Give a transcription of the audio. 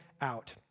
out